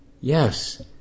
Yes